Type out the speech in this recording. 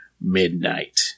midnight